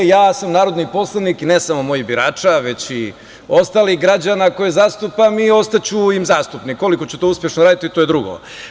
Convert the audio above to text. Ja sam narodni poslanik i ne samo mojih birača već i ostalih građana koje zastupam i ostaću im zastupnik, koliko ću to uspešno raditi, to je drugo.